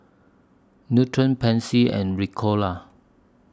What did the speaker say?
Nutren Pansy and Ricola